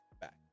back